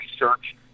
research